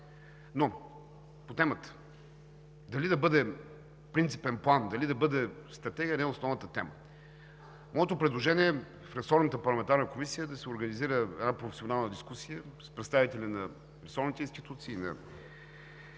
Но, по темата. Дали да бъде принципен план, дали да бъде стратегия – не е основната тема. Моето предложение е в ресорната парламентарна комисия да се организира една професионална дискусия с представители на ресорните институции, на